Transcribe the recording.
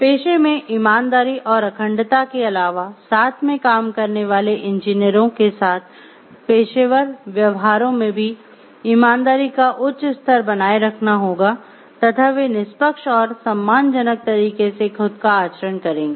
पेशे में ईमानदारी और अखंडता के अलावा साथ में काम करने वाले इंजीनियरों के साथ पेशेवर व्यवहारों में भी ईमानदारी का उच्च स्तर बनाए रखना होगा तथा वे निष्पक्ष और सम्मानजनक तरीके से खुद का आचरण करेंगे